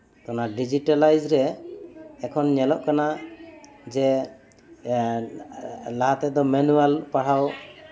digitalised ᱨᱮ ᱮᱠᱷᱚᱱ ᱧᱮᱞᱚᱜ ᱠᱟᱱᱟ ᱡᱮ ᱞᱟᱦᱟ ᱛᱮᱫᱚ ᱢᱮᱱᱩᱣᱟᱞ ᱯᱟᱲᱦᱟᱣ